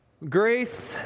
Grace